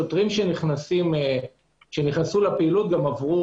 שוטרים שנכנסו לפעילות עברו